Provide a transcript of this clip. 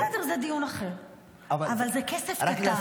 בסדר, זה דיון אחר, אבל זה כסף קטן.